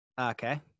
Okay